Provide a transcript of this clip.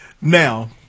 Now